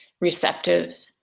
receptive